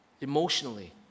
emotionally